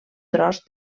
tros